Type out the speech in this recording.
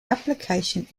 application